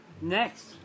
Next